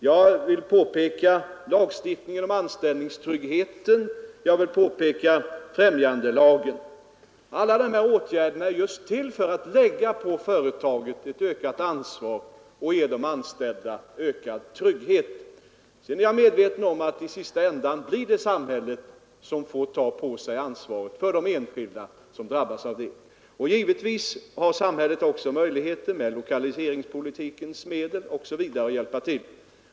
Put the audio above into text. Jag vill peka på lagstiftningen om anställningstryggheten, jag vill peka på främjandelagen. Alla dessa åtgärder är just till för att lägga på företagen ett ökat ansvar och ge de anställda större trygghet. Sedan är jag medveten om att i sista ändan blir det samhället som får ta på sig ansvaret för de enskilda som drabbas. Givetvis har samhället också möjligheter att hjälpa till genom lokaliseringspolitiska medel osv.